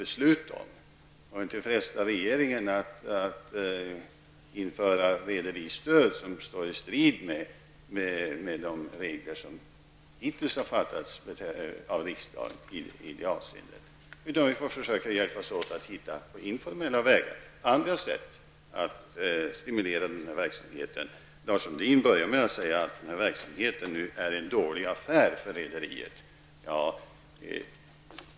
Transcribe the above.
Man skall inte fresta regeringen att införa ett rederistöd som står i strid med de regler som har fastställts av riksdagen. Vi får alltså försöka att hjälpas åt att på informella vägar stimulera den här verksamheten. Lars Sundin började med att säga att den här linjen är en dålig affär för rederiet.